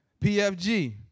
PFG